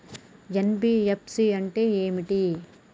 NBFC అంటే ఏమిటి?